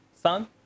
Son